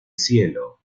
cielo